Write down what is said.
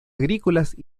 agrícolas